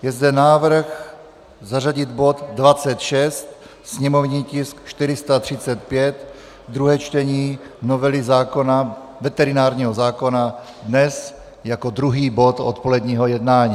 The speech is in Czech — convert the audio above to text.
Je zde návrh zařadit bod 26, sněmovní tisk 435, druhé čtení novely veterinárního zákona, dnes jako druhý bod odpoledního jednání.